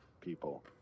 people